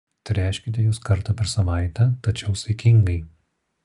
tręškite juos kartą per savaitę tačiau saikingai